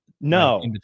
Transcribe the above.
no